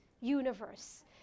universe